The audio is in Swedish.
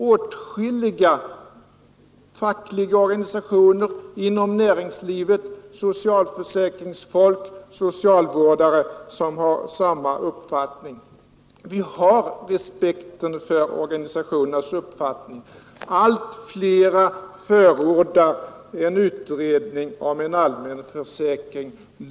Åtskilliga fackliga organisationer, näringslivet samt socialförsäkrare och socialvårdare är av samma mening. Vi har förvisso respekt för organisationernas uppfattning. Allt fler förordar en utredning om en allmän försäkring.